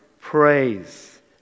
Praise